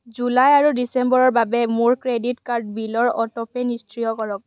July আৰু ডিছেম্বৰৰ বাবে মোৰ ক্ৰেডিট কাৰ্ড বিলৰ অটোপে' নিষ্ক্ৰিয় কৰক